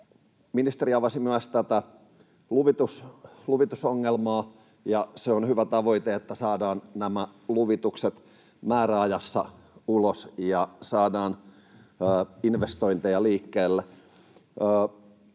Ministeri avasi myös tätä luvitusongelmaa, ja se on hyvä tavoite, että saadaan nämä luvitukset määräajassa ulos ja saadaan investointeja liikkeelle.